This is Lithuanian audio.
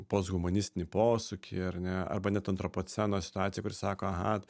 posthumanistinį posūkį ar ne arba net antropoceno situaciją kuri sako aha